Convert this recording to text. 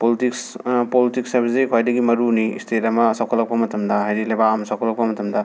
politics politics ꯍꯥꯏꯕꯁꯤ ꯈ꯭ꯋꯥꯏꯗꯒꯤ ꯃꯔꯨꯅꯤ ꯁ꯭ꯇꯦꯠ ꯑꯃ ꯆꯥꯎꯈꯠꯂꯛꯄ ꯃꯇꯝ ꯍꯥꯏꯗꯤ ꯂꯩꯕꯥꯛ ꯑꯃ ꯆꯥꯎꯈꯠꯂꯛꯄ ꯃꯇꯝꯗ